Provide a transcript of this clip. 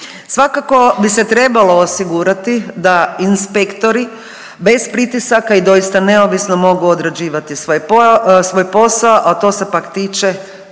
Svakako bi se trebalo osigurati da inspektori bez pritisaka i doista neovisno mogu odrađivati svoj posao, a to se pak tiče